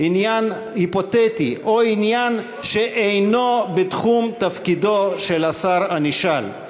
עניין היפותטי או עניין שאינו בתחום תפקידו של השר הנשאל,